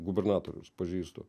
gubernatorius pažįstu